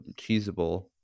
cheesable